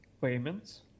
payments